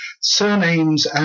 surnames